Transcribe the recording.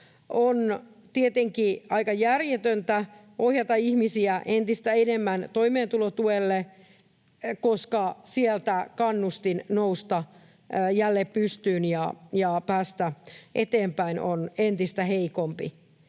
On tietenkin aika järjetöntä ohjata ihmisiä entistä enemmän toimeentulotuelle, koska sieltä kannustin nousta jälleen pystyyn ja päästä eteenpäin on entistä heikompi,